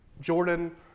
Jordan